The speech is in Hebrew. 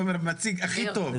תומר מציג הכי טוב.